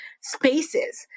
spaces